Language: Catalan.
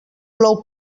plou